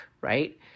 right